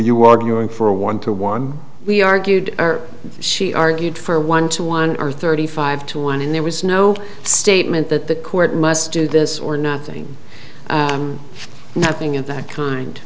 were arguing for a one to one we argued she argued for one to one or thirty five to one and there was no statement that the court must do this or nothing nothing of that kind